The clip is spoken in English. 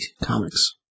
comics